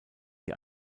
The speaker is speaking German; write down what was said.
die